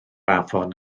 afon